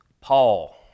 Paul